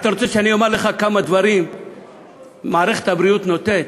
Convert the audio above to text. אתה רוצה שאני אומר לך כמה דברים מערכת הבריאות נותנת